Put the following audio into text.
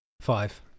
Five